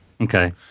Okay